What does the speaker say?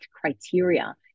criteria